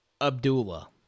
Abdullah